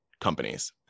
Companies